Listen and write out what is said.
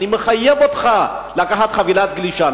אני מחייב אותך לקחת חבילת גלישה.